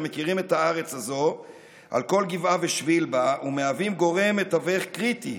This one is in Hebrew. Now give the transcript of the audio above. המכירים את הארץ הזו על כל גבעה ושביל בה ומהווים גורם מתווך קריטי